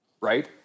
Right